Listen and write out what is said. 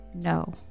No